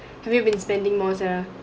have you been spending more ah